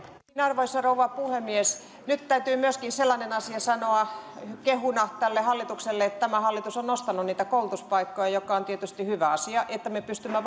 arvoisa rouva puhemies nyt täytyy myöskin sellainen asia sanoa kehuna tälle hallitukselle että tämä hallitus on nostanut koulutuspaikkamäärää mikä on tietysti hyvä asia että me pystymme